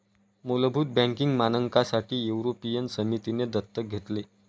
मुलभूत बँकिंग मानकांसाठी युरोपियन समितीने दत्तक घेतले